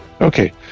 Okay